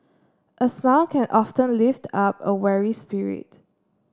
a smile can often lift up a weary spirit